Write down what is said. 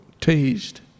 teased